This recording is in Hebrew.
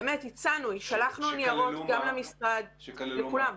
באמת, הצענו, שלחנו ניירות גם למשרד, לכולם.